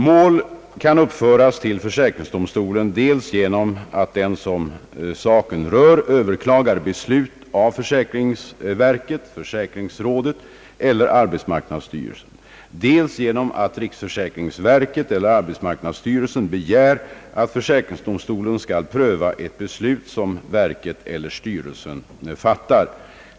Mål kan föras upp till försäkringsdomstolen dels genom att den som saken rör överklagar beslut av riksförsäkringsverket, försäkringsrådet eller arbetsmarknadsstyrelsen, dels genom att riksförsäkringsverket eller arbetsmarknadsstyrelsen begär att försäkringsdomstolen skall pröva ett beslut som verket eller styrelsen fattar.